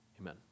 amen